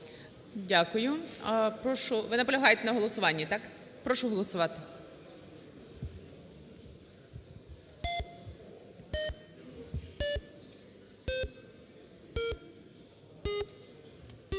Прошу… Ви наполягаєте на голосуванні, так? Прошу голосувати.